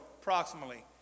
approximately